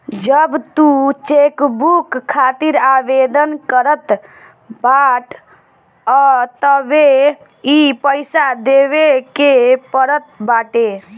जब तू चेकबुक खातिर आवेदन करत बाटअ तबे इ पईसा देवे के पड़त बाटे